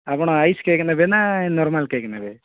ଆପଣ ice cake ନେବେ ନା ନର୍ମାଲ୍ କେକ୍ ନେବେ